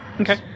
Okay